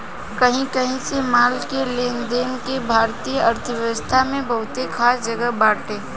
कही कही से माल के लेनदेन के भारतीय अर्थव्यवस्था में बहुते खास जगह बाटे